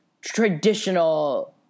traditional